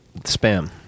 spam